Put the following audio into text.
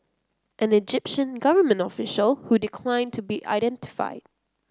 an Egyptian government official who declined to be identified